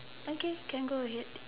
okay can go ahead